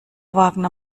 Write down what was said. wagner